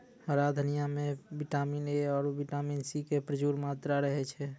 हरा धनिया मॅ विटामिन ए आरो सी के प्रचूर मात्रा रहै छै